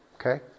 Okay